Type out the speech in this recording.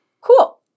Cool